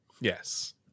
yes